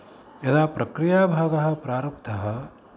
यदा प्रक्रियाभागः प्रारब्धः